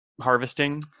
harvesting